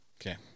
Okay